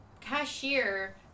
cashier